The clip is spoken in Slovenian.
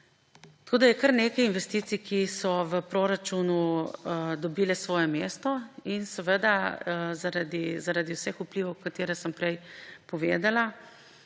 Tako da je kar nekaj investicij, ki so v proračunu dobile svoje mesto. Zaradi vseh vplivov, ki sem jih prej povedala,